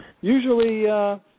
usually